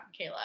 Kayla